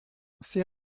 ces